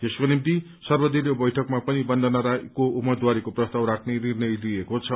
यसको निम्ति सर्वदलीय बैठकमा पनि बन्दना राइको उम्मेद्वारीको प्रस्ताव राख्ने निर्णय लिइएको छ